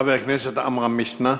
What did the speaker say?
חבר הכנסת עמרם מצנע.